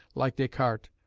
like descartes,